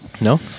No